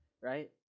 right